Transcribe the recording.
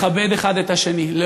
לכבד אחד את השני,